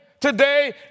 today